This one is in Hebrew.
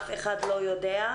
אף אחד לא יודע.